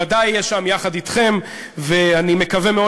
ודאי יהיה שם יחד אתכם,